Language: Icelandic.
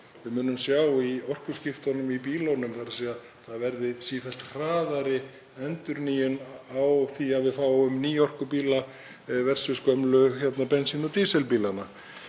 við munum sjá í orkuskiptunum í bílunum, þ.e. að það verði sífellt hraðari endurnýjun á því að við fáum nýorkubíla versus gömlu bensín- og dísilbílana.